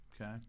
Okay